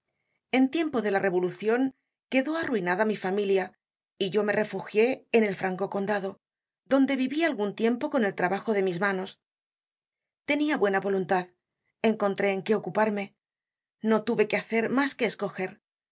en tiempo de la revolucion quedó arruinada mi familia y yo me refugié en el franco condado donde viví algun tiempo con el trabajo de mis manos tenia buena voluntad encontré en qué ocuparme no tuve que hacer mas que